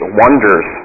wonders